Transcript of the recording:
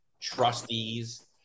trustees